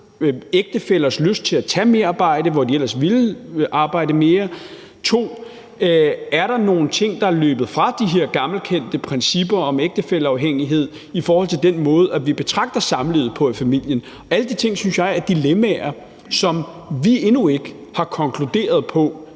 ægtefællers lyst til at tage merarbejde, hvor de ellers ville arbejde mere, og om der er nogle ting, der er løbet fra de gammelkendte principper om ægtefælleafhængighed i forhold til den måde, vi betragter samlivet på i familien. Alle de ting synes jeg er dilemmaer, som vi endnu ikke har konkluderet på